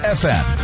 fm